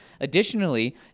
additionally